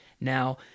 Now